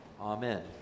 Amen